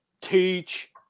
teach